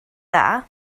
dda